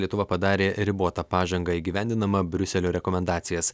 lietuva padarė ribotą pažangą įgyvendinama briuselio rekomendacijas